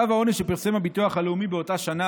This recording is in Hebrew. קו העוני שפרסם הביטוח הלאומי באותה השנה